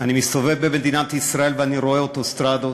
אני מסתובב במדינת ישראל ואני רואה אוטוסטרדות,